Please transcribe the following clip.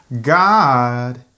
God